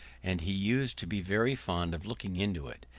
and he used to be very fond of looking into it,